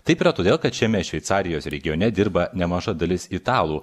taip yra todėl kad šiame šveicarijos regione dirba nemaža dalis italų